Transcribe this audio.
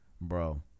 Bro